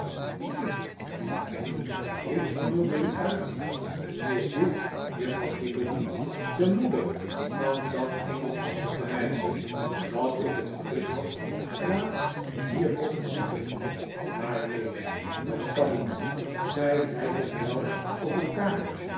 die ik niet ken riep sir mulberry uit is dit juffrouw nickleby de moeder van dat engelachtige meisje dat ik het geluk had laatst hier te ontmoeten maar neen dat kan niet zij lijkeh wel op elkaar